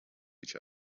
each